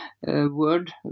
word